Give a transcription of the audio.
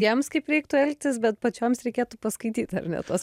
jiems kaip reiktų elgtis bet pačioms reikėtų paskaityt ar ne tuos